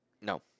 No